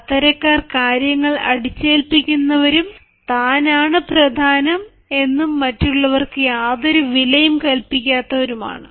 അത്തരക്കാർ കാര്യങ്ങൾ അടിച്ചേൽപ്പിക്കുന്നവരും താൻ ആണ് പ്രധാനം എന്നും മറ്റുള്ളവർക്ക് യാതൊരു വിലയും കൽപ്പിക്കാത്തവരും ആണ്